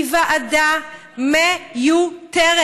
היא ועדה מ-יו-תרת.